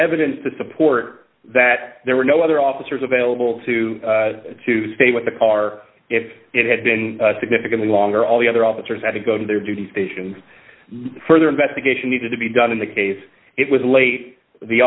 evidence to support that there were no other officers available to to stay with the car if it had been significantly longer all the other officers had to go to their duty stations further investigation needed to be done in the case it was late the